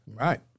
right